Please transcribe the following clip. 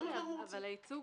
זה מה שאנחנו רוצים.